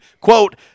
quote